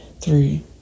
three